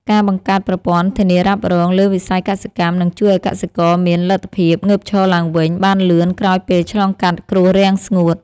ការបង្កើតប្រព័ន្ធធានារ៉ាប់រងលើវិស័យកសិកម្មនឹងជួយឱ្យកសិករមានលទ្ធភាពងើបឈរឡើងវិញបានលឿនក្រោយពេលឆ្លងកាត់គ្រោះរាំងស្ងួត។